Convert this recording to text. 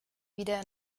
wieder